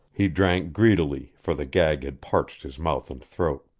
he drank greedily, for the gag had parched his mouth and throat.